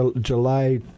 July